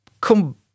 come